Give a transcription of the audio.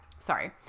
Sorry